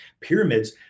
pyramids